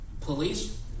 police